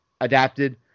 adapted